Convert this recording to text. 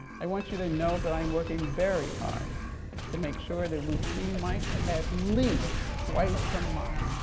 i want you to know that i am working very hard to make sure that we see mike at least twice a month,